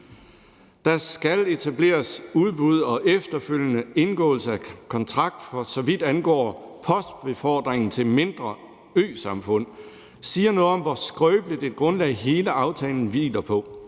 Der skal etableres udbud og efterfølgende indgåelse af kontrakt, for så vidt angår postbefordringen til mindre øsamfund. Det siger noget om, hvor skrøbeligt et grundlag hele aftalen hviler på.